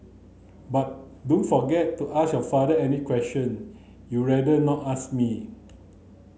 but don't forget to ask your father any question you rather not ask me